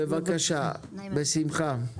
בשמחה.